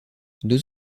deux